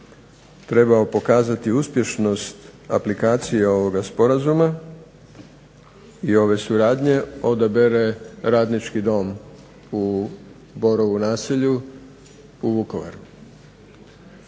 trebao pokazati uspješnost aplikacije ovoga sporazuma, i ove suradnje, odabere radnički dom u Borovu naselju, u Vukovaru.